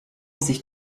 sich